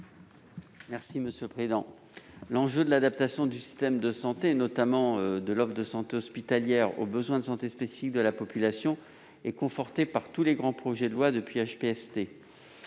Bernard Jomier. L'enjeu de l'adaptation du système de santé, notamment de l'offre de santé hospitalière, aux besoins de santé spécifiques de la population, a été conforté par tous les grands projets de loi depuis la